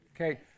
Okay